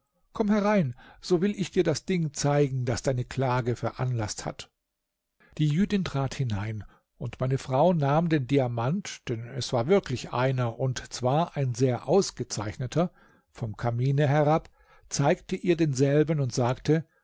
komm herein so will ich dir das ding zeigen das deine klage veranlaßt hat die jüdin trat hinein und meine frau nahm den diamant denn es war wirklich einer und zwar ein sehr ausgezeichneter vom kamine herab zeigte ihr denselben und sagte